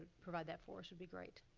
provide that for us would be great.